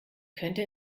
könnte